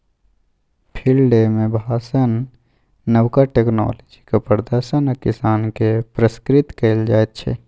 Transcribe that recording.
field day मे भाषण, नबका टेक्नोलॉजीक प्रदर्शन आ किसान केँ पुरस्कृत कएल जाइत छै